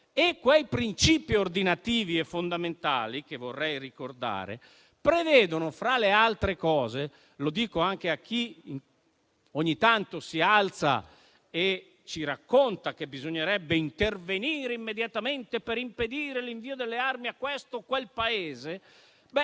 Ci sono principi ordinativi e fondamentali che vorrei ricordare, fra l'altro, anche a chi ogni tanto si alza e ci racconta che bisognerebbe intervenire immediatamente per impedire l'invio delle armi a questo o a quel Paese. Ad